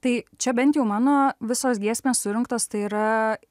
tai čia bent jau mano visos giesmės surinktos tai yra